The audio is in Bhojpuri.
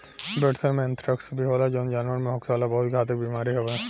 भेड़सन में एंथ्रेक्स भी होला जवन जानवर में होखे वाला बहुत घातक बेमारी हवे